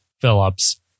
Phillips